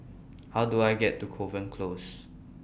How Do I get to Kovan Close